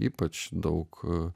ypač daug